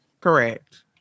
Correct